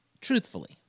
Truthfully